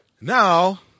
Now